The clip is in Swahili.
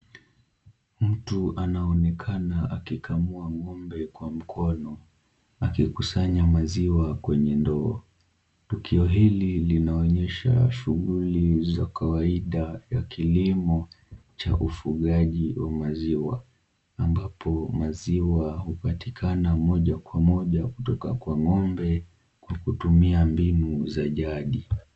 Mtu anaonekana akikamua ngombe kwa mkono akikusanya maziwa kwenye ndoo. Tukio hili linaonyesha shughuli za kawaida ya kilimo cha ufugaji wa maziwa ambapo maziwa hupatikana moja kwa moja kutoka kwa ng'ombe kwa kutumia mbinu za jadi.